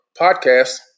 podcast